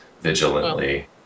vigilantly